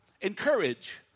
encourage